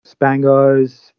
spangos